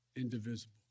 indivisible